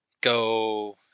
Go